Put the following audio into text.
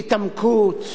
התעמקות,